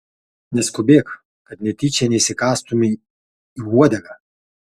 neskubėk kad netyčia neįsikąstumei į uodegą